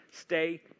stay